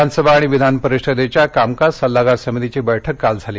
विधानसभा आणि विधानपरिषदेच्या कामकाज सल्लागार समितीची बैठक काल झाली